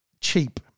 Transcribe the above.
cheap